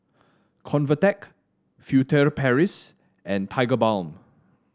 Convatec Furtere Paris and Tigerbalm